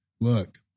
look